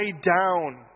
down